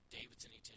Davidson